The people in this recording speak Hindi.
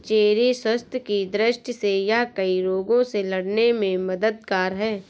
चेरी स्वास्थ्य की दृष्टि से यह कई रोगों से लड़ने में मददगार है